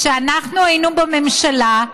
כשאנחנו היינו בממשלה,